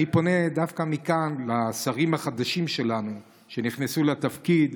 אני פונה דווקא מכאן לשרים החדשים שלנו שנכנסו לתפקיד,